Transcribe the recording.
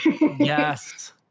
Yes